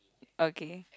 okay